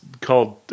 called